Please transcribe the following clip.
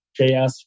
JS